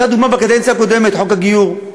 קח לדוגמה, בקדנציה הקודמת, חוק הגיור.